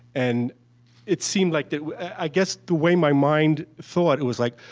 and it seemed like i guess the way my mind thought, it was like,